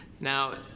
Now